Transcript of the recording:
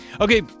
Okay